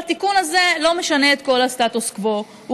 התיקון הזה לא משנה את כל הסטטוס קוו.